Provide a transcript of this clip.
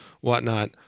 whatnot